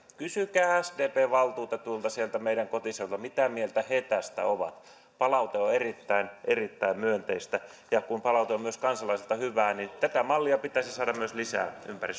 kysykää sdpn valtuutetuilta siellä meidän kotiseudulla mitä mieltä he tästä ovat palaute on erittäin erittäin myönteistä ja kun palaute on myös kansalaisilta hyvää niin tätä mallia pitäisi saada myös lisää ympäri